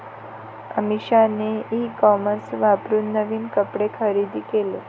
अमिषाने e commerce वापरून नवीन कपडे खरेदी केले